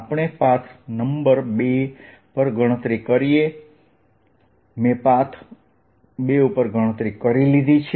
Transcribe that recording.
આપણે path number 2 પર ગણતરી કરીએ મેં પાથ 2 ઉપર ગણતરી કરી લીધી છે